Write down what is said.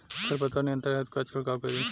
खर पतवार नियंत्रण हेतु का छिड़काव करी?